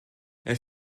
elle